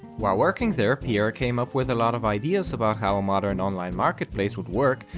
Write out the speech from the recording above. while working there pierre came up with a lot of ideas about how a modern online marketplace would work,